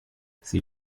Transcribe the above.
sie